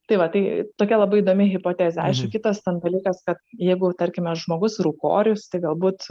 tai va tai tokia labai įdomi hipotezė aišku kitas ten dalykas kad jeigu tarkime žmogus rūkorius tai galbūt